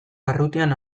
barrutian